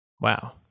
wow